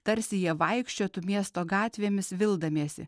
tarsi jie vaikščiotų miesto gatvėmis vildamiesi